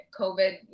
COVID